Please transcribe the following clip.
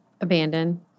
Abandoned